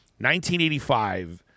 1985